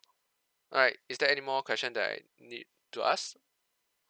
alright is there any more question that you need to ask